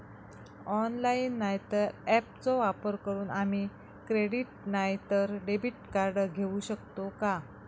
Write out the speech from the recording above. Online नाय तर ऍपचो वापर करून आम्ही क्रेडिट नाय तर डेबिट कार्ड घेऊ शकतो का?